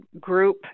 group